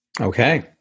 Okay